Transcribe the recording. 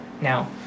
Now